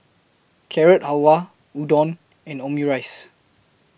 Carrot Halwa Udon and Omurice